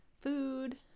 food